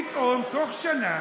פתאום תוך שנה